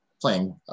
playing